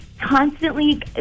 constantly